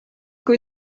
kui